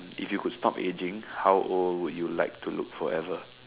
if you could stop aging how old would you like to look forever